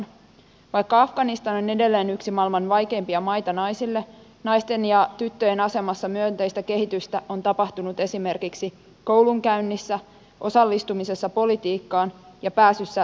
vaikka afganistan on edelleen yksi maailman vaikeimpia maita naisille naisten ja tyttöjen asemassa myönteistä kehitystä on tapahtunut esimerkiksi koulunkäynnissä osallistumisessa politiikkaan ja pääsyssä terveydenhuollon piiriin